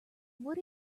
what